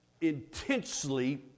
intensely